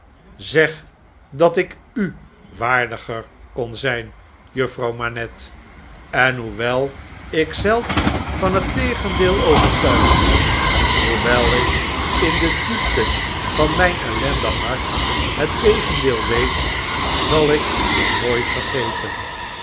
zeg dat ik u waardiger kon zn'n juffrouw manette en hoewel ik zelf van het tegendeel overtuigd ben hoewel ik in de diepte van mijn ellendig hart het tegendeel weet zal ik dat nooit vergeten